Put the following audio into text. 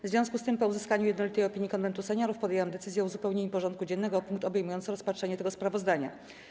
W związku z tym, po uzyskaniu jednolitej opinii Konwentu Seniorów, podjęłam decyzję o uzupełnieniu porządku dziennego o punkt obejmujący rozpatrzenie tego sprawozdania.